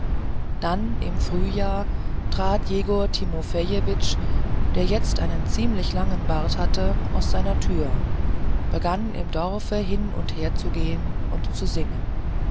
dann im ersten frühjahr trat jegor timofejewitsch der jetzt einen ziemlich langen bart hatte aus seiner tür begann im dorfe hin und her zu gehen und zu singen